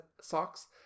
socks